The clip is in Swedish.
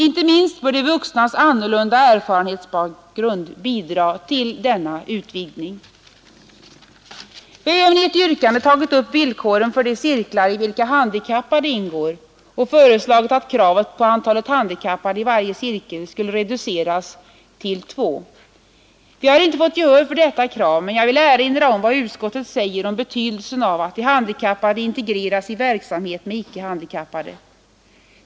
Inte minst bör de vuxnas annorlunda erfarenhetsbakgrund bidra till denna utvidgning. Vi har även i ett yrkande tagit upp villkoren för de cirklar i vilka handikappade ingår och föreslagit att kravet på antalet handikappade i varje cirkel skulle reduceras till två. Vi har inte fått gehör för detta krav, men jag vill erinra om vad utskottet säger om betydelsen av att de handikappade integreras i verksamhet med icke-handikappade.